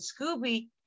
Scooby